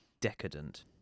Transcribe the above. Decadent